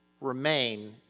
remain